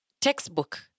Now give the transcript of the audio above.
textbook